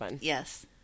Yes